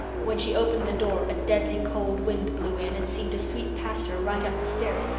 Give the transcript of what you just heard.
but when she opened the door a deadly cold wind blew in and seemed to sweep past her right up the stairs,